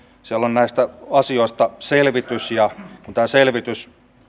näistä asioista selvitys ja kun tämä selvitys